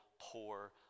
poor